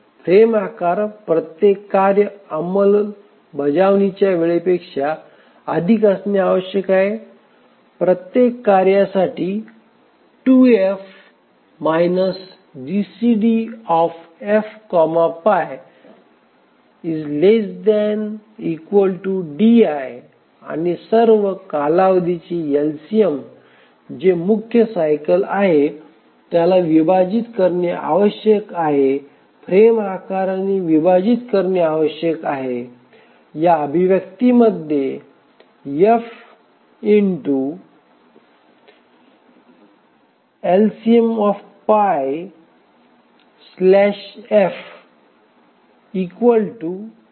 frame आकार प्रत्येक कार्य अंमलबजावणीच्या वेळेपेक्षा अधिक असणे आवश्यक आहे प्रत्येक कार्यासाठी 2F GCDF pi ≤ di आणि सर्व कालावधीचे LCM जे मुख्य सायकल आहे त्याला विभाजित करणे आवश्यक आहे फ्रेम आकाराने विभाजित करणे आवश्यक आहे या अभिव्यक्तीमध्ये f LCM f LCM